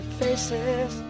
faces